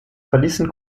verließen